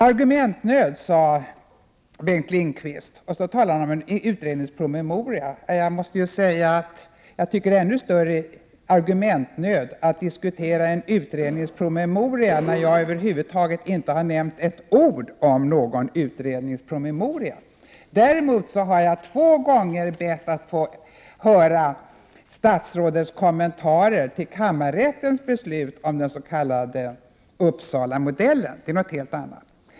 Argumentnöd, sade Bengt Lindqvist, och så talade han om en utredningspromemoria. Jag måste säga att jag tycker att det är ännu större argumentnöd att diskutera en utredningspromemoria, då jag över huvud taget inte har nämnt ett ord om någon sådan. Däremot har jag två gånger bett att få höra statsrådets kommentarer till kammarrättens beslut om den s.k. Uppsalamodellen. Det var någonting helt annat.